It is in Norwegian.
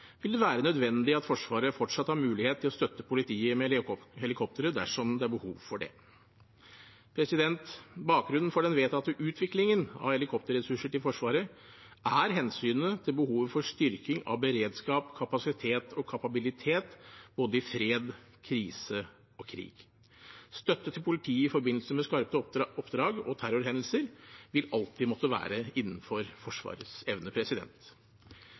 vil det være nødvendig at Forsvaret fortsatt har mulighet til å støtte politiet med helikoptre dersom det er behov for det. Bakgrunnen for den vedtatte utviklingen av helikopterressurser til Forsvaret er hensynet til behovet for styrking av beredskap, kapasitet og kapabilitet i både fred, krise og krig. Støtte til politiet i forbindelse med skarpe oppdrag og terrorhendelser vil alltid måtte være innenfor Forsvarets evne.